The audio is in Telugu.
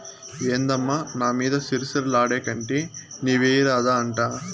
ఏందమ్మా నా మీద సిర సిర లాడేకంటే నీవెయ్యరాదా అంట